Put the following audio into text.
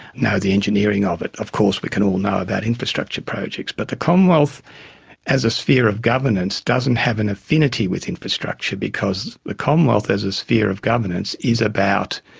know the engineering of it, of course we can all know about infrastructure projects, but the commonwealth as a sphere of governance doesn't have an affinity with infrastructure because the commonwealth as a sphere of governance is about